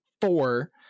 four